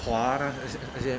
puar 那些